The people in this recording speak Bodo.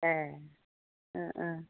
एह ओ ओ